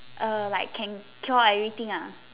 err like can cure everything uh